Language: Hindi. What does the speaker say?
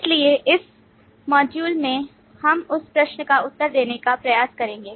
इसलिए इस मॉड्यूल में हम उस प्रश्न का उत्तर देने का प्रयास करेंगे